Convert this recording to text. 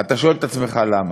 אתה שואל את עצמך למה.